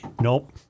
Nope